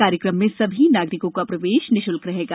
कार्यक्रम में सभी नागरिकों का प्रवेश निःश्ल्क रहेगा